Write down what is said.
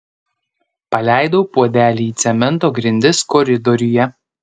paleidau puodelį į cemento grindis koridoriuje